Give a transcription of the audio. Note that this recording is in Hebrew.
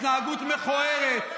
התנהגות מכוערת.